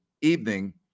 evening